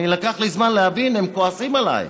לקח לי זמן להבין שהם כועסים עליי.